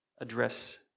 address